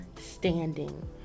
standing